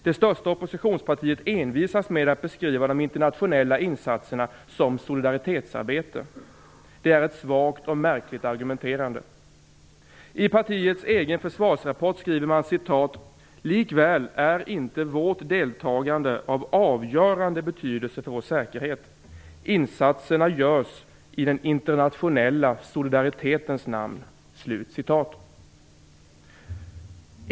Det största oppositionspartiet envisas med att beskriva de internationella insatserna som "solidaritetsarbete". Det är ett svagt och märkligt argumenterande. I partiets egen försvarsrapport skriver man: "Likaväl är inte vårt deltagande av avgörande betydelse för vår säkerhet. Insatserna görs i den internationella solidaritetens namn".